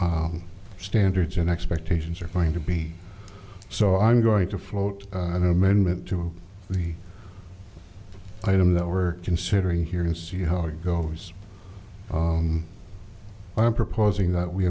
those standards and expectations are going to be so i'm going to float amendment to the item that we're considering here and see how it goes i am proposing that we